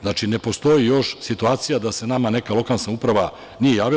Znači, ne postoji još situacija da se nama neka lokalna samouprava nije javila.